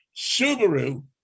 Subaru